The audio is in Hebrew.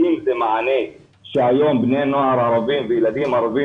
האם זה מענה שהיום בני נוער ערבים וילדים ערבים